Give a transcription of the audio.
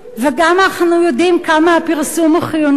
וגם אנחנו יודעים כמה הפרסום הוא חיוני.